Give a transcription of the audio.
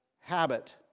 habit